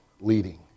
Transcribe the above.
leading